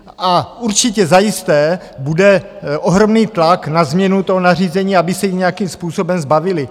A určitě zajisté bude ohromný tlak na změnu toho nařízení, aby se jich nějakým způsobem zbavili.